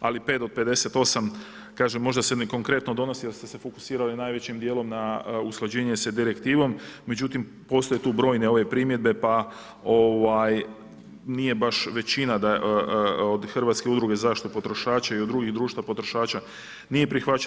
ali 5 od 58, kažem možda se konkretno donosi jer ste se fokusirali najvećim djelom na usklađenje s e direktivom, međutim postoje tu brojne ove primjedbe pa nije baš većina od Hrvatske udruge za zaštitu potrošača i od drugih društva potrošača nije prihvaćen.